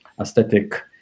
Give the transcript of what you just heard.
aesthetic